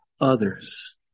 others